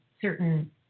certain